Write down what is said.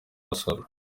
masoro